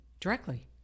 directly